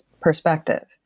perspective